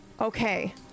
Okay